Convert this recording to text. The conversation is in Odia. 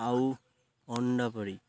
ଆଉ ଅଣ୍ଡା କରି